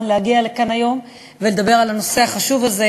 להגיע לכאן היום ולדבר על הנושא החשוב הזה,